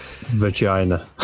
vagina